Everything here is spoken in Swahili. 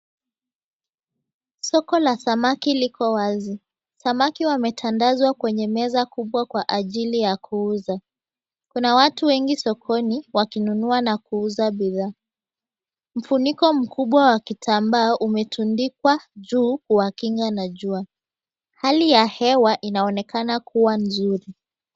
Soko la samaki liko wazi. Samaki wametandazwa kwenye meza kubwa wa ajili ya kuuza. Kuna watu wengi sokoni wakinunua na kuuza bidhaa. Mfuniko mkubwa wa kitambaa umetundikwa juu kuwakinga na jua. Hali ya hewa inaonekana kuwa nzuri.